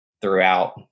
Throughout